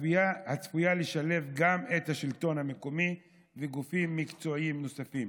והיא צפויה לשלב גם את השלטון המקומי וגופים מקצועיים נוספים